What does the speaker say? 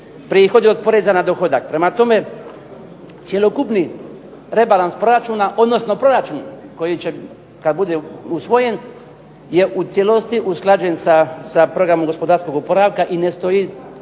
prihodi od poreza na dohodak. Prema tome, cjelokupni rebalans proračuna, odnosno proračun koji će kad bude usvojen je u cijelosti usklađen sa programom gospodarskog oporavka i ne stoji